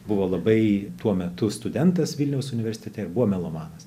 buvo labai tuo metu studentas vilniaus universitete ir buvo melomanas